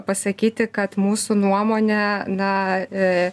pasakyti kad mūsų nuomone na